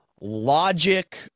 logic